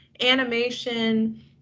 animation